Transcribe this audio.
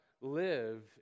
live